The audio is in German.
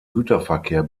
güterverkehr